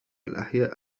الأحياء